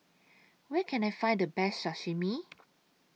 Where Can I Find The Best Sashimi